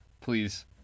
Please